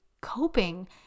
coping